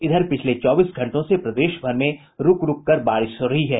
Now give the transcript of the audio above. इधर पिछले चौबीस घंटों से प्रदेश भर में रूक रूक कर बारिश हो रही है